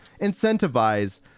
incentivize